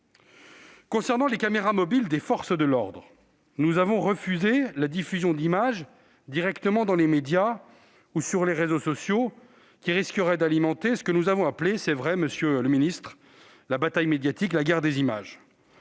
concerne les caméras mobiles des forces de l'ordre, nous avons refusé la diffusion d'images directement dans les médias ou sur les réseaux sociaux, car elle risquerait d'alimenter ce que nous avons appelé- c'est vrai, monsieur le ministre -la « bataille médiatique » ou la « guerre des images